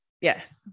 Yes